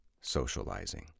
socializing